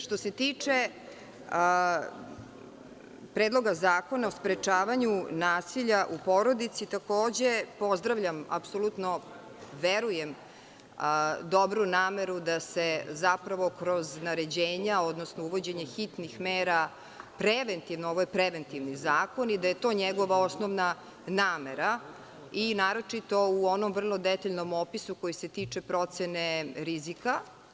Što se tiče Predloga zakona o sprečavanju nasilja u porodici takođe pozdravljam i verujem u dobru nameru da se zapravo kroz naređenja, odnosno uvođenje hitnih mera preventivno, ovo je preventivni zakon i da je to njegova osnovna namena i naročito u onom vrlo detaljnom opisu koji se tiče procene rizika.